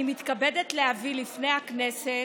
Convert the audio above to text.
אני מתכבדת להביא בפני הכנסת,